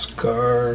Scar